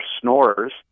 snorers